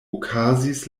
okazis